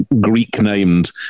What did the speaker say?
Greek-named